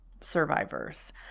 survivors